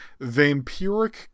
vampiric